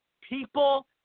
People